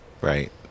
Right